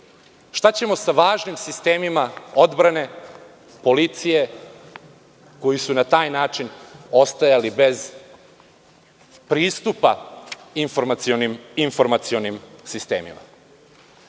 Šta ćemo sa važnim sistemima odbrane, policije, koji su na taj način ostajali bez pristupa informacionim sistemima? Sve